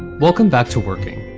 welcome back to working.